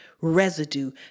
residue